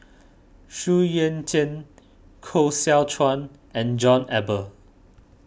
Xu Yuan Zhen Koh Seow Chuan and John Eber